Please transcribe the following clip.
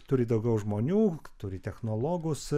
turi daugiau žmonių turi technologus